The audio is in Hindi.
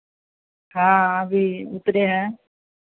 हाँ अभी उतरे हैं